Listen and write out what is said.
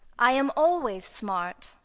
i am always smart!